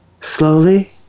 slowly